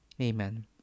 Amen